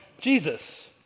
Jesus